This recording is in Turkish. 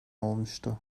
olmuştu